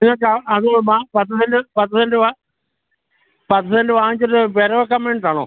നിങ്ങൾക്കാ അത് വാ പത്ത് സെൻറ് പത്ത് സെൻറ് വാ പത്ത് സെൻറ് വാങ്ങിച്ചിട്ട് പെര വയ്ക്കാൻ വേണ്ടിയിട്ടാണോ